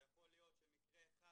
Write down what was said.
ויכול להיות שמקרה אחד,